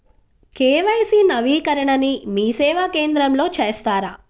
KYC నవీకరణని మీసేవా కేంద్రం లో చేస్తారా?